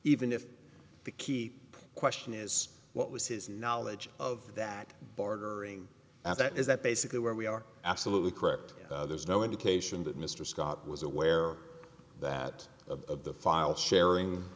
even if the keep question is what was his knowledge of that bartering at that is that basically where we are absolutely correct there's no indication that mr scott was aware that of the file sharing